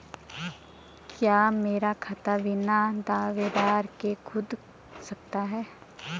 क्या मेरा खाता बिना दस्तावेज़ों के खुल सकता है?